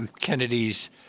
Kennedy's